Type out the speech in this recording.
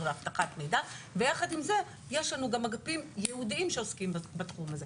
ואבטחת מידע ויחד עם זה יש לנו גם אגפים ייעודיים שעוסקים בתחום הזה,